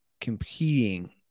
competing